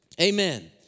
amen